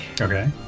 Okay